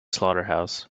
slaughterhouse